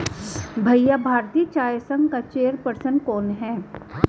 भैया भारतीय चाय संघ का चेयर पर्सन कौन है?